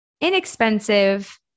inexpensive